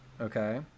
Okay